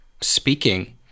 speaking